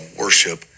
worship